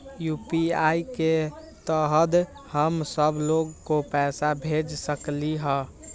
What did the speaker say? UPI के तहद हम सब लोग को पैसा भेज सकली ह?